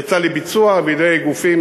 יצא לביצוע בידי גופים